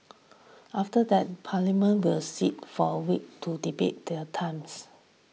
after that Parliament will sit for a week to debate their times